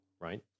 right